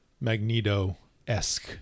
Magneto-esque